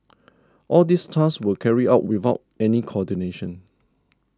all these tasks were carried out without any coordination